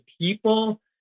people